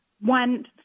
one